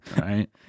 Right